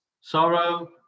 Sorrow